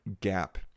gap